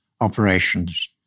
operations